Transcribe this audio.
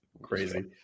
Crazy